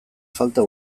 falta